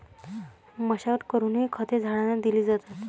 मशागत करूनही खते झाडांना दिली जातात